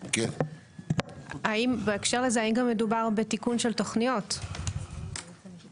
לא זו בלבד שהוא לא יביא לקידומן של התוכניות אלא הוא עלול לתקוע אותן.